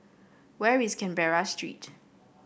where is Canberra Street